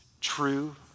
true